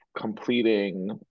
completing